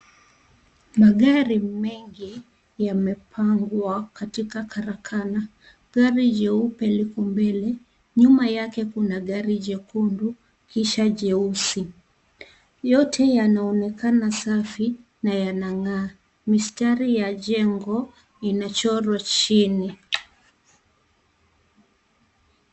Magari mengi yamepangwa katika karakana. Gari jeupe liko mbele, nyuma yake kuna gari jekundu kisha jeusi. Yote yanaonekana safi na yanang'aa. Mistari ya jengo inachorwa chini.